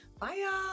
Bye